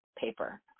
paper